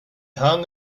hung